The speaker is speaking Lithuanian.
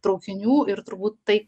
traukinių ir turbūt tai